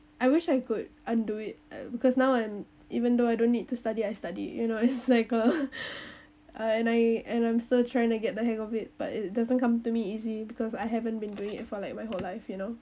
I wish I could undo it because now I'm even though I don't need to study I study you know it's like a I and I and I'm still trying to get the hang of it but it doesn't come to me easy because I haven't been doing it for like my whole life you know